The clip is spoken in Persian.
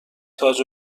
تاج